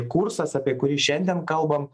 kursas apie kurį šiandien kalbam